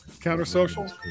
Counter-social